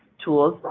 tools,